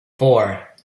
four